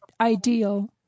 ideal